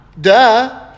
Duh